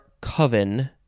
coven